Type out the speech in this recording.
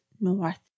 north